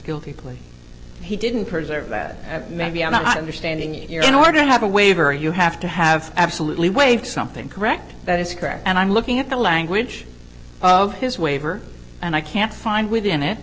guilty plea he didn't preserve that maybe i'm not understanding it here in order to have a waiver you have to have absolutely waived something correct that is correct and i'm looking at the language of his waiver and i can't find within it